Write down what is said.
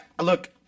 look